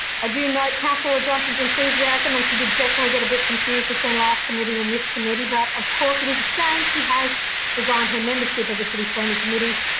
i do note councillor ah johnston's enthusiasm and she did definitely get a bit confused between last committee and this committee. but of course, it is a shame she has resigned her membership of the city planning committee,